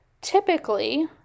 typically